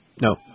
No